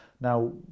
Now